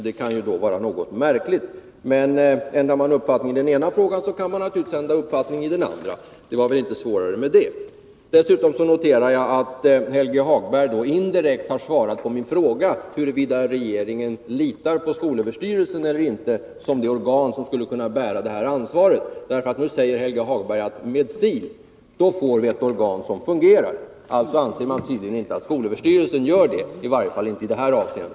Det är något märkligt, men ändrar man uppfattning i den ena frågan kan man naturligtvis ändra uppfattning i den andra. Det var väl inte svårare med den saken. Dessutom noterar jag att Helge Hagberg indirekt har svarat på min fråga om huruvida regeringen litar på skolöverstyrelsen eller ej som det organ som skulle kunna bära ansvaret. Helge Hagberg sade ju att vi med SIL får ett organ som fungerar. Alltså anses tydligen inte skolöverstyrelsen göra det, i varje fall inte i detta avseende.